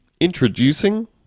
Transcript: Introducing